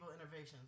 Innovations